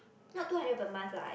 not two hundred per month lah